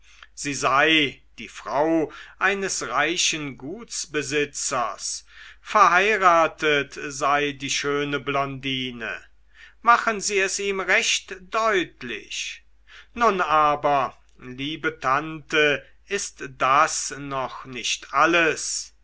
sie sei die frau eines reichen gutsbesitzers verheiratet sei die schöne blondine machen sie es ihm recht deutlich nun aber liebe tante ist das noch nicht alles